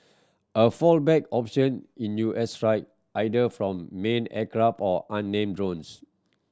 a fallback option is U S strike either from manned aircraft or unmanned drones